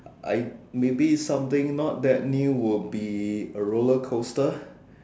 I maybe something not that new would be a roller coaster